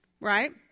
right